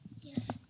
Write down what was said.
yes